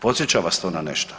Podsjeća vas to na nešto?